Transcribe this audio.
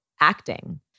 acting